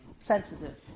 sensitive